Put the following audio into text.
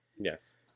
Yes